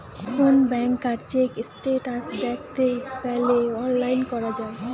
কোন ব্যাংকার check status দ্যাখতে গ্যালে অনলাইন করা যায়